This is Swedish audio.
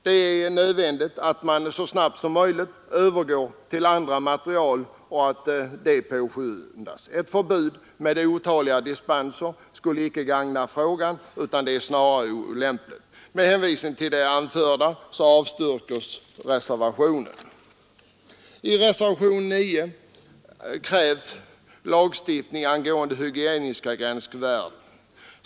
Det är nödvändigt att man så snabbt som möjligt övergår till andra material. Ett förbud med otaliga dispenser som följd skulle icke gagna saken utan snarare vara olämpligt. Med hänvisning till det anförda avstyrker utskottet motionen. I reservationen 9 krävs lagstiftning angående hygieniska gränsvärden.